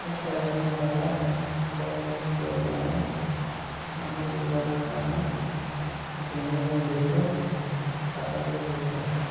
Irshad Ahmad Dar Ghulam Rasool Lone Mohammad Iqbal Khan Jamila Begum Taja Begum